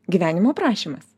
gyvenimo aprašymas